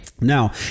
Now